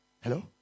Hello